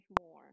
more